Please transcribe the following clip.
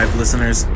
listeners